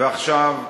ועכשיו,